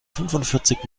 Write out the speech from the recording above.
fünfundvierzig